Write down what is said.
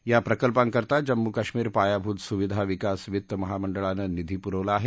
या प्रकल्पांकरता जम्मू काश्मीरपायाभूत सुविधा विकास वित्त महामंडळाने निधी पुरवला आहे